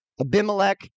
Abimelech